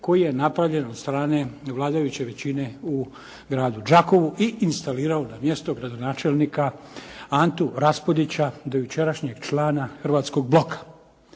koji je napravljen od strane vladajuće većine u gradu Đakovu, i instalirao na mjesto gradonačelnika Antu Raspudića, dojučerašnjeg člana Hrvatskog bloka.